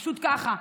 פשוט ככה.